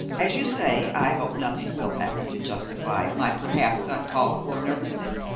as you say, i hope nothing will happen to justify my perhaps uncalled-for nervousness.